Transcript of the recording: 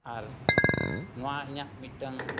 ᱟᱨ ᱱᱚᱣᱟ ᱤᱧᱟᱹᱜ ᱢᱤᱫᱴᱟᱝ